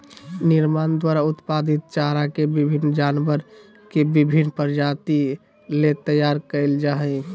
निर्माण द्वारा उत्पादित चारा के विभिन्न जानवर के विभिन्न प्रजाति ले तैयार कइल जा हइ